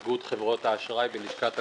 מאיגוד חברות האשראי בלשכת המסחר.